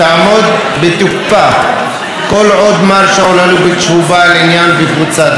בתוקפה כל עוד מר שאול אלוביץ' הוא בעל עניין בקבוצת בזק.